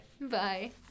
Bye